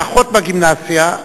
ואחות בגימנסיה,